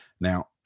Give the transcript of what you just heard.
Now